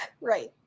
right